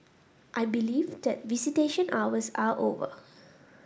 I believe that visitation hours are over